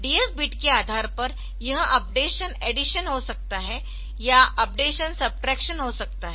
DF बीट के आधार पर यह अपडेशन एडिशन हो सकता है या अपडेशन सबट्रैक्शन हो सकता है